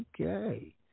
Okay